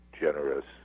generous